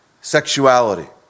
sexuality